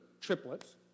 triplets